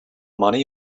money